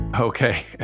Okay